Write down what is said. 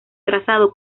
trazado